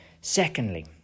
secondly